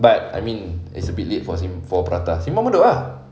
but I mean it's a bit late for sim~ for prata simpang bedok ah